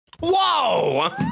Whoa